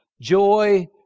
joy